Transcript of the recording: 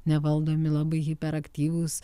nevaldomi labai hiperaktyvūs